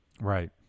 Right